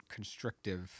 constrictive